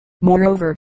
Moreover